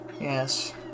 Yes